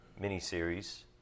mini-series